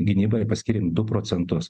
gynybai paskyrėm du procentus